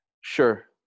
Sure